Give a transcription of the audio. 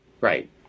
Right